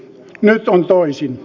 nyt on toisin